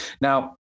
Now